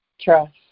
Trust